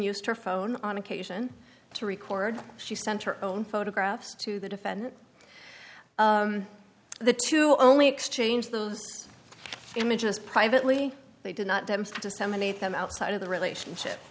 used her phone on occasion to record she sent her own photographs to the defendant the two only exchanged those images privately they did not dems disseminate them outside of the relationship